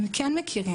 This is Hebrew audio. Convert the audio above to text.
הם כן מכירים,